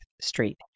street